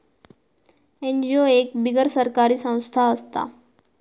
NGO एक बिगर सरकारी संस्था असता